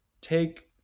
take